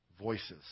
voices